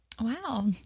Wow